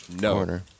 No